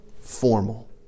formal